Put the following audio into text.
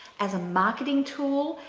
as a marketing tool,